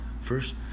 First